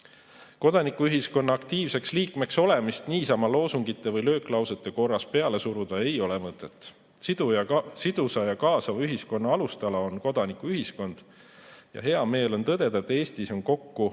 Kodanikuühiskonna aktiivseks liikmeks olemist niisama loosungite või lööklausete korras peale suruda ei ole mõtet. Sidusa ja kaasava ühiskonna alustala on kodanikuühiskond. Hea meel on tõdeda, et Eestis on kokku